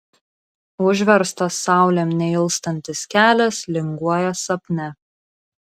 užverstas saulėm neilstantis kelias linguoja sapne